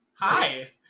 Hi